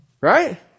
Right